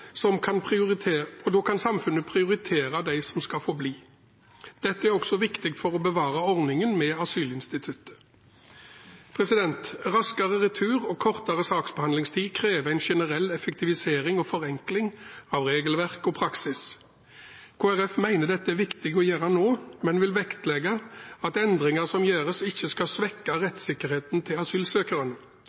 da kan samfunnet prioritere dem som skal få bli. Det er også viktig for å bevare ordningen med asylinstituttet. Raskere retur og kortere saksbehandlingstid krever en generell effektivisering og forenkling av regelverk og praksis. Kristelig Folkeparti mener det er viktig å gjøre dette nå, men vil vektlegge at endringer som gjøres, ikke skal svekke rettssikkerheten til asylsøkerne.